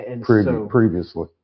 previously